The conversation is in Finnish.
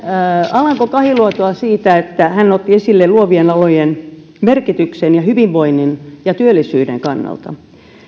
alanko kahiluotoa siitä että hän otti esille luovien alojen merkityksen hyvinvoinnin ja työllisyyden kannalta